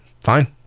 fine